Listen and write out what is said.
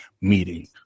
meeting